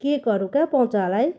केकहरू कहाँ पाउँछ होला है